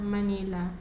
Manila